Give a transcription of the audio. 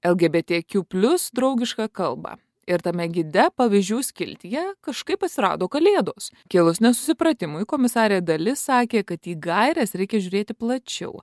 lgbt kiū plius draugišką kalbą ir tame gide pavyzdžių skiltyje kažkaip atsirado kalėdos kilus nesusipratimui komisarė dali sakė kad į gaires reikia žiūrėti plačiau